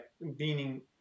Meaning